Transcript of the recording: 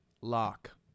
lock